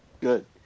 Good